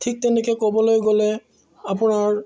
ঠিক তেনেকৈ ক'বলৈ গ'লে আপোনাৰ